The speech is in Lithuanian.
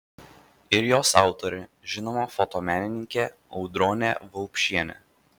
ir jos autorė žinoma fotomenininkė audronė vaupšienė